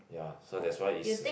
ya so that's why is